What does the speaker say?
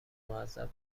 معذب